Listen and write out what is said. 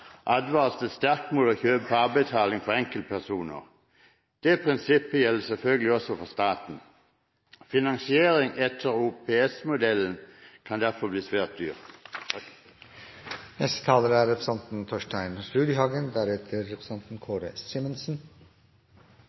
advares det sterkt mot å kjøpe på avbetaling for enkeltpersoner. Det prinsippet gjelder selvfølgelig også for staten. Finansiering etter OPS-modellen kan derfor bli svært